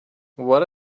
what